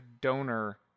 donor